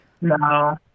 no